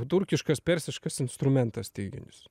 turkiškas persiškas instrumentas styginis